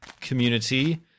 community